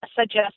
suggest